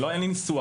אין לי ניסוח.